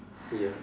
ya